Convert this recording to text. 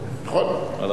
נכון.